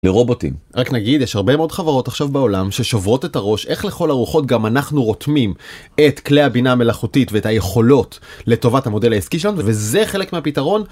לרובוטים. רק נגיד, יש הרבה מאוד חברות עכשיו בעולם ששוברות את הראש, איך לכל הרוחות גם אנחנו רותמים את כלי הבינה המלאכותית ואת היכולות לטובת המודל העסקי שלנו, וזה חלק מהפתרון